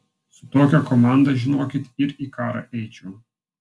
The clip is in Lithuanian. su tokia komanda žinokit ir į karą eičiau